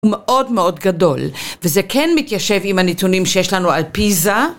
מאוד מאוד גדול, וזה כן מתיישב עם הנתונים שיש לנו על פיזה